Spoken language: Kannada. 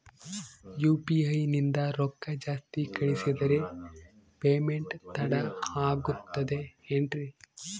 ಯು.ಪಿ.ಐ ನಿಂದ ರೊಕ್ಕ ಜಾಸ್ತಿ ಕಳಿಸಿದರೆ ಪೇಮೆಂಟ್ ತಡ ಆಗುತ್ತದೆ ಎನ್ರಿ?